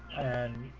and